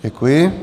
Děkuji.